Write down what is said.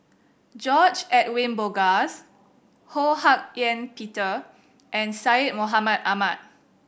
George Edwin Bogaars Ho Hak Ean Peter and Syed Mohamed Ahmed